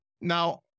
Now